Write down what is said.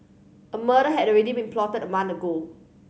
a murder had already been plotted a month ago